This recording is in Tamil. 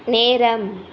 நேரம்